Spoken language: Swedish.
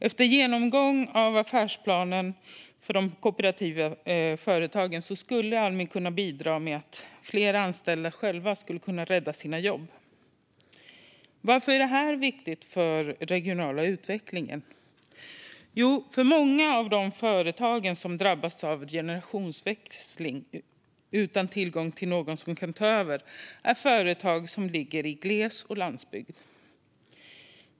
Efter genomgång av affärsplanerna för de kooperativa företagen skulle Almi kunna bidra till att fler anställda själva skulle kunna rädda sina jobb. Varför är då det här viktigt för den regionala utvecklingen? Jo, för att många av de företag som drabbas av generationsväxling utan tillgång till någon som kan ta över ligger i glesbygden eller på landsbygden.